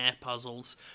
puzzles